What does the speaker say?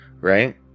right